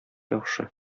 яхшы